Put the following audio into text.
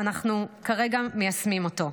אנחנו כרגע מיישמים אותו.